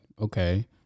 Okay